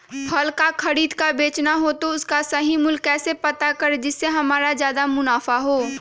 फल का खरीद का बेचना हो तो उसका सही मूल्य कैसे पता करें जिससे हमारा ज्याद मुनाफा हो?